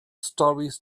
stories